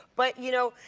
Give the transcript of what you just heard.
but you know,